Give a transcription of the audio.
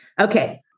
Okay